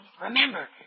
Remember